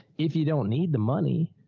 if you don't need the money.